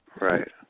Right